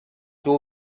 two